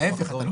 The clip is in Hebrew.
להיפך,